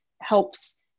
helps